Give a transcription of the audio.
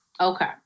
Okay